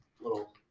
little